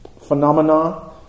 phenomena